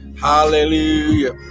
Hallelujah